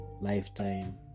lifetime